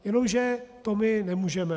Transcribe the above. Jenomže to my nemůžeme.